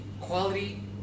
quality